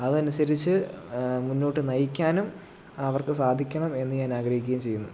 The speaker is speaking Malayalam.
അതനുസരിച്ച് മുന്നോട്ട് നയിക്കാനും അവർക്ക് സാധിക്കണം എന്ന് ഞാൻ ആഗ്രഹിക്കുകയും ചെയ്യുന്നു